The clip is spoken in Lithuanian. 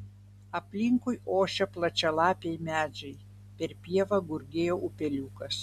aplinkui ošė plačialapiai medžiai per pievą gurgėjo upeliukas